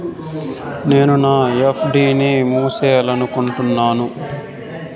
నేను నా ఎఫ్.డి ని మూసేయాలనుకుంటున్నాను